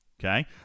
okay